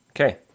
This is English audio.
Okay